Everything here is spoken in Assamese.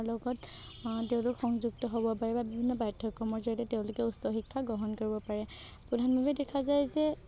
লগত তেওঁলোক সংযুক্ত হ'ব পাৰে বা বিভিন্ন পাঠ্যক্ৰমৰ জড়িয়তে তেওঁলোকে উচ্চ শিক্ষা গ্ৰহণ কৰিব পাৰে প্ৰধানভাৱে দেখা যায় যে